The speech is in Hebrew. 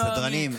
סדרנים,